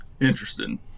interesting